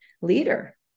leader